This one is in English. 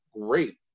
great